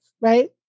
right